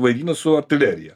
vaidina su artilerija